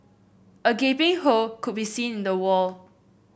a gaping hole could be seen in the wall